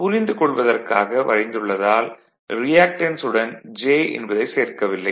புரிந்து கொள்வதற்காக வரைந்துள்ளதால் ரியாக்டன்ஸ் உடன் j என்பதைச் சேர்க்கவில்லை